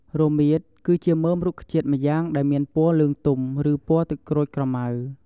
រមៀត គឺជាមើមរុក្ខជាតិម្យ៉ាងដែលមានពណ៌លឿងទុំ ឬពណ៌ទឹកក្រូចក្រម៉ៅ។